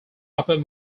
upper